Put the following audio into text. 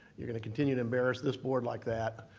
you're going to continue to embarrass this board like that